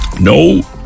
no